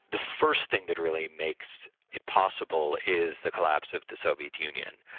the first thing that really makes it possible is the collapse of the soviet union.